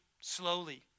slowly